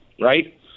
Right